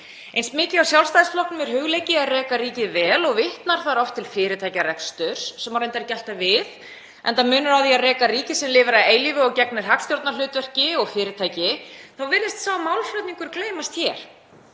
Eins mikið og Sjálfstæðisflokknum er hugleikið að reka ríkið vel, og vitnar þar oft til fyrirtækjareksturs, sem á reyndar ekki alltaf við, enda munur á því að reka ríkið, sem lifir að eilífu og gegnir hagstjórnarhlutverki, og reka fyrirtæki, þá virðist sá málflutningur gleymast hér.